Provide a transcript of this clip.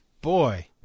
boy